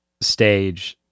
stage